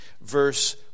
verse